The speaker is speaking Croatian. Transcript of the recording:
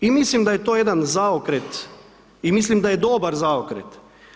I mislim da je to jedan zaokret i mislim da je dobar zaokret.